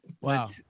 wow